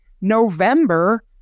November